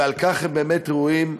ועל כך הם באמת ראויים.